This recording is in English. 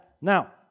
Now